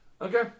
Okay